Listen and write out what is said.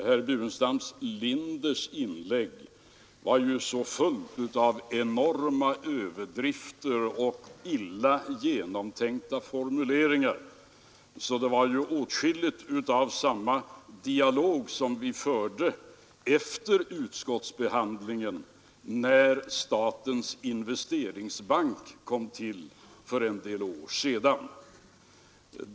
Herr Burenstam Linders inlägg var så fullt av enorma överdrifter och illa genomtänkta formuleringar att det påminde åtskilligt om vissa inslag i den dialog som vi förde efter utskottsbehandlingen, när Sveriges investeringsbank kom till för en del år sedan.